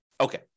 Okay